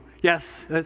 Yes